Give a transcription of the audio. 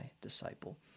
disciple